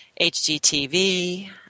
HGTV